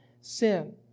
sin